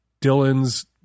Dylan's